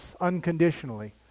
unconditionally